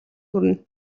хүрнэ